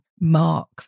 mark